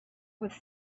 with